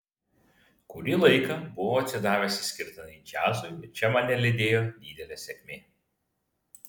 kurį laiką buvau atsidavęs išskirtinai džiazui ir čia mane lydėjo didelė sėkmė